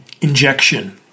injection